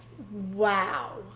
wow